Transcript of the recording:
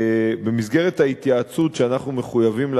במסגרת ההתייעצות שאנחנו מחויבים לה